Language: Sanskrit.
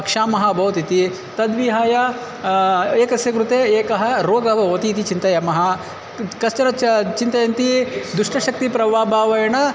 क्षामः अभवत् इति तद्विहाय एकस्य कृते एकः रोगः भवति इति चिन्तयामः क् कश्चन चिन्तयन्ति दुष्टशक्तेः प्रभावेन